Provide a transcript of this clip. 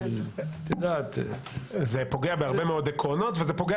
זה פוגע בהרבה מאוד עקרונות וזה פוגע